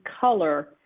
color